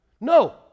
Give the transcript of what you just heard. No